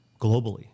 globally